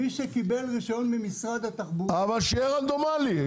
מי שקיבל רישיון ממשרד התחבורה --- אבל שיהיה רנדומלי.